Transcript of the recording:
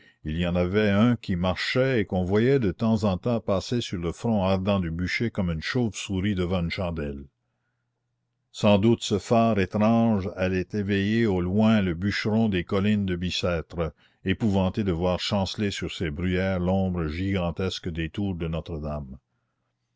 il y en avait un qui marchait et qu'on voyait de temps en temps passer sur le front ardent du bûcher comme une chauve-souris devant une chandelle sans doute ce phare étrange allait éveiller au loin le bûcheron des collines de bicêtre épouvanté de voir chanceler sur ses bruyères l'ombre gigantesque des tours de notre-dame